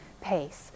pace